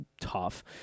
tough